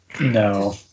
no